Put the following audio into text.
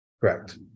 correct